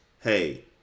Hey